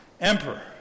emperor